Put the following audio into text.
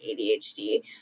ADHD